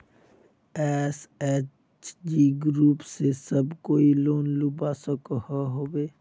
SHG group से सब कोई लोन लुबा सकोहो होबे?